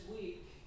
week